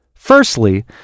Firstly